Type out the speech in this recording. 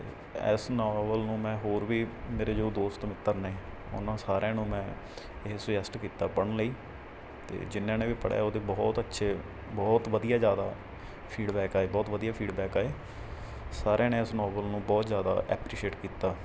ਅਤੇ ਇਸ ਨੋਵਲ ਨੂੰ ਮੈਂ ਹੋਰ ਵੀ ਮੇਰੇ ਜੋ ਦੋਸਤ ਮਿੱਤਰ ਨੇ ਉਨ੍ਹਾਂ ਸਾਰਿਆਂ ਨੂੰ ਮੈਂ ਇਹ ਸੁਜੈਸਟ ਕੀਤਾ ਪੜ੍ਹਨ ਲਈ ਅਤੇ ਜਿੰਨਿਆਂ ਨੇ ਵੀ ਪੜ੍ਹਿਆ ਉਹਦੇ ਬਹੁਤ ਅੱਛੇ ਬਹੁਤ ਵਧੀਆ ਜ਼ਿਆਦਾ ਫੀਡਬੈਕ ਆਏ ਬਹੁਤ ਵਧੀਆ ਫੀਡਬੈਕ ਆਏ ਸਾਰਿਆਂ ਨੇ ਇਸ ਨੋਵਲ ਨੂੰ ਬਹੁਤ ਜ਼ਿਆਦਾ ਐਪ੍ਰਿਸ਼ੀਏਟ ਕੀਤਾ